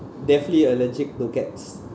deathly allergic to cats